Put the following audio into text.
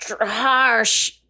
harsh